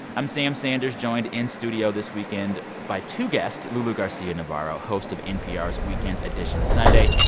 i'm sam sanders, joined in studio this weekend by two guests lulu garcia-navarro, host of npr's weekend edition sunday,